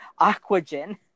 Aquagen